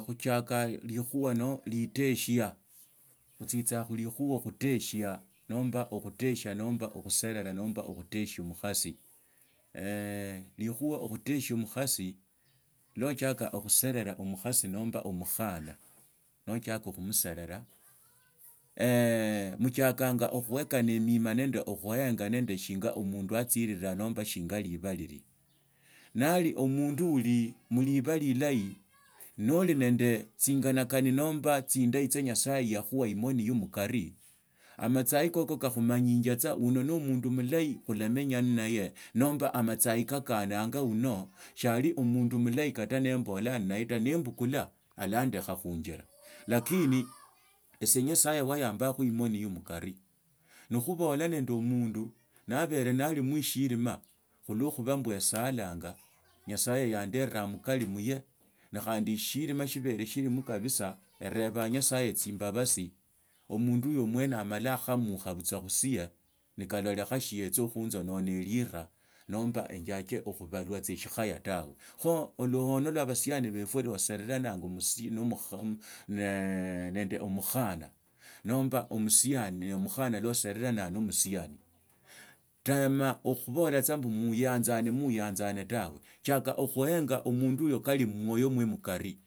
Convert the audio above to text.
Khuchilaka mulikhaba lio litesha tsitsanga khulikhuha okhuteshia nomba okhutesia nomba okhutesha mukhasi likhukha okhutesha omukhasi lwa otsiaka okhuselela omukhasi nomba omukhana nochiaka khumuserera muchiakanga okhuekana miima nende okhuenga nende shinga omundu atsirira nomba shinga lilaba lili nali omundu uli liba lilabi noli nende tsinganakano nomba tsindahi tsia nyasaye yakhuna imoni ye mukari amatsai kaka kakhumani bianga uno no omundu mulahi khulamenya nahe nomba amatsai kakananga urio shiali omundu mulahi kata lwa embulaa nnaye ta nembukula orandekho khunjila lakini esie nyasaye wayambakho imani ya mukari ni khubola nende omundu abere nalima eshilimo khulusa khuba mbe esaalanga nyosaye yanderanga mukali muye ni khandi eshiilimo shibele shilimo kasbisaa eribaa nyasaye tsimbabasi omundu huyo mwene amola akhakha butswa husiye nakalolekha shietsia khunzinonela erika nomba enjiake okhubalwa tsia sikhaya tawe kho olukhono lwa abasiani befwe lwa osererenanga nende omukhana nomba omusiani na omukhana lwa osererenanga na omusiani tama okihubula tsa muyanzane muyanzane tawe chiaka khuenda kali mmwoyo mumwe mukari.